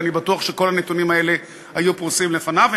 ואני בטוח שכל הנתונים האלה היו פרוסים לפניו,